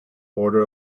order